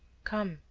come,